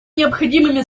необходимыми